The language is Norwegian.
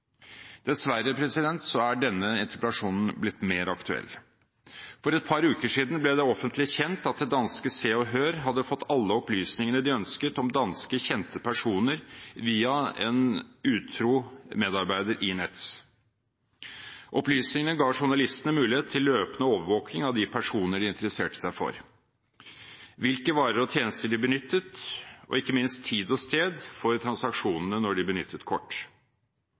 Dessverre er denne interpellasjonen blitt mer aktuell. For et par uker siden ble det offentlig kjent at det danske Se og Hør hadde fått alle opplysningene de ønsket om danske kjente personer via en utro medarbeider i Nets. Opplysningene ga journalistene mulighet til løpende overvåking av de personer de interesserte seg for, hvilke varer og tjenester de benyttet, og ikke minst tid og sted for transaksjonene når de benyttet kort.